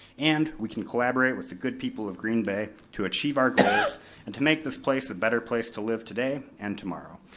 and we can collaborate with the good people of green bay to achieve our goals and to make this place a better place to live today and tomorrow.